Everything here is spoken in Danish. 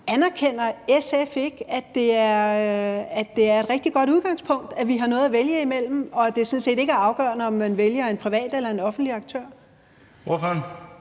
Anerkender SF ikke, at det er et rigtig godt udgangspunkt, at vi har noget at vælge imellem, og at det sådan set ikke er afgørende, om man vælger en privat eller offentlig aktør?